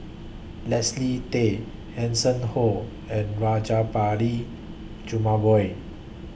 Leslie Tay Hanson Ho and Rajabali Jumabhoy